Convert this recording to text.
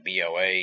BOA